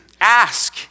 Ask